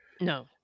No